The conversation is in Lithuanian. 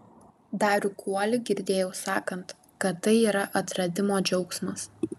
darių kuolį girdėjau sakant kad tai yra atradimo džiaugsmas